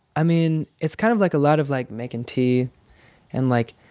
i mean, it's kind of, like, a lot of, like, making tea and, like,